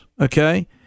okay